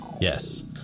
Yes